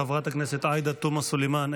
חברת הכנסת עאידה תומא סלימאן,